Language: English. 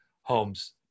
homes